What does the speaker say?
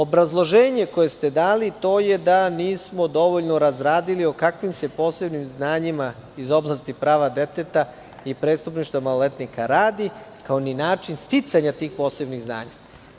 Obrazloženje koje ste dali je da nismo dovoljno razradili o kakvim se posebnim znanjima iz oblasti prava deteta i prestupništva maloletnika radi, kao ni način sticanja tih posebnih znanja.